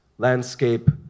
landscape